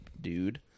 dude